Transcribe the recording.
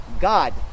God